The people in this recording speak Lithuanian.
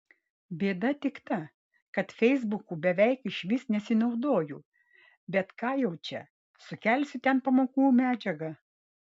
bėda tik ta kad feisbuku beveik išvis nesinaudoju bet ką jau čia sukelsiu ten pamokų medžiagą